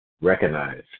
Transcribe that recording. recognize